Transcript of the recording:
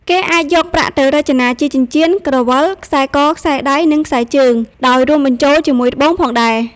គេអាចយកប្រាក់ទៅរចនាជាចិញ្ចៀន ក្រវិល ខ្សែក ខ្សែដៃ និងខ្សែជើង ដោយរួមបញ្ចូលជាមួយត្បូងផងដែរ។